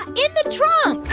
in the trunk